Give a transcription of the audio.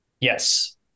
Yes